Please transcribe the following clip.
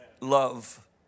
Love